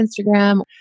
Instagram